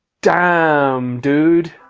damn dude.